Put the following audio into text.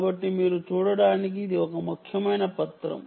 కాబట్టి మీరు చూడటానికి ఇది ఒక ముఖ్యమైన పత్రం